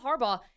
Harbaugh